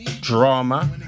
drama